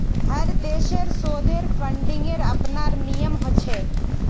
हर देशेर शोधेर फंडिंगेर अपनार नियम ह छे